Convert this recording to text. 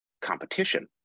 competition